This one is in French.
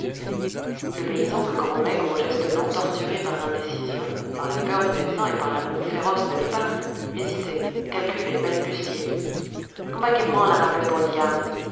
le paysan un grand maigre aux gestes lents torturé par l'indécision par la peur du médecin et par l'amour féroce de l'épargne hésitait calculait balbutiait comben qu'é prend la rapet pour une garde